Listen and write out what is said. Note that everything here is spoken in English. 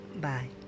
bye